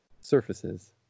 surfaces